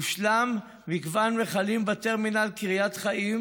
הושלם מיגון מכלים בטרמינל קריית חיים,